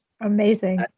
Amazing